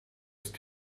ist